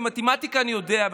ומתמטיקה אני יודע,